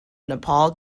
nepal